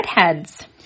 redheads